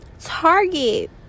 Target